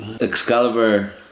Excalibur